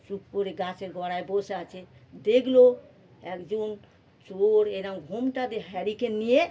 চুপ করে গাছের গোড়ায় বসে আছে দেখল একজন চোর এরম ঘোমটা দিয়ে হ্যারিকেন নিয়ে